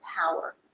power